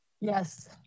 Yes